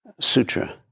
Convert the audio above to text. sutra